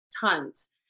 tons